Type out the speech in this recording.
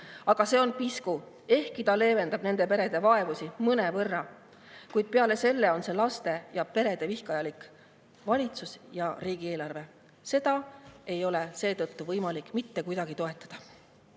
Aga see on pisku, ehkki ta leevendab nende perede vaevu mõnevõrra. Kuid peale selle on see laste- ja peredevihkajalik valitsus ja riigieelarve, seda ei ole seetõttu võimalik mitte kuidagi toetada. Kas